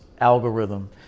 algorithm